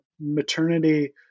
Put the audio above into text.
maternity